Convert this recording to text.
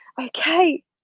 okay